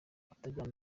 atajyanye